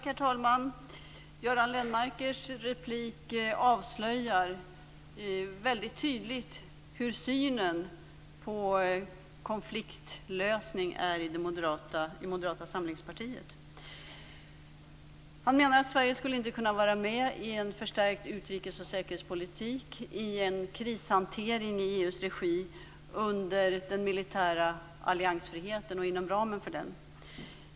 Herr talman! Göran Lennmarkers replik avslöjar väldigt tydligt hur synen på konfliktlösning är i Moderata samlingspartiet. Han menar att Sverige inte skall kunna vara med i en förstärkt utrikes och säkerhetspolitik i en krishantering i EU:s regi inom ramen för den militära alliansfriheten.